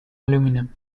aluminium